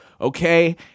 Okay